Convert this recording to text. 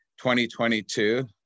2022